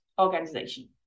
organization